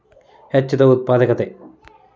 ಹೆಚ್ಚಿದ ಉತ್ಪಾದಕತೆ